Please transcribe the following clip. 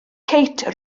kate